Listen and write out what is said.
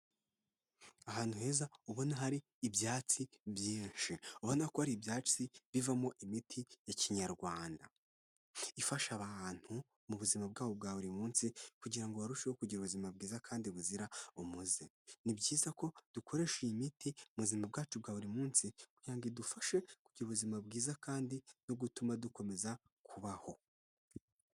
Ahantu heza ubona hari ibyatsi byinshi, ubona ko ari ibyatsi bivamo imiti ya Kinyarwanda, ifasha abantu mu buzima bwabo bwa buri munsi kugira ngo barusheho kugira ubuzima bwiza kandi buzira umuze. Ni byiza ko dukoresha iyi miti mu buzima bwacu bwa buri munsi, kugira ngo idufashe kugira ubuzima bwiza kandi no gutuma dukomeza kubaho.